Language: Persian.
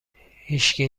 هیشکی